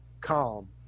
calm